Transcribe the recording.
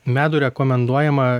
medų rekomenduojama